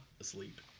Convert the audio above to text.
asleep